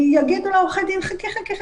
יגידו לה עורכי הדין: חכי-חכי,